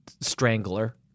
strangler